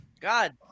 God